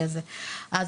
ליום,